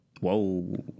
Whoa